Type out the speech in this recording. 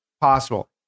possible